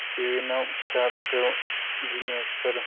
इयुनाव फिसा फिसौ बिजनेसफोर